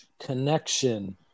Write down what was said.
Connection